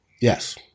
Yes